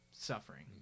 suffering